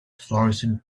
florescent